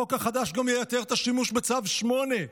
החוק החדש גם ייתר את השימוש בצו 8,